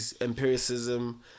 Empiricism